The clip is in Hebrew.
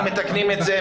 אנחנו מתקנים את זה.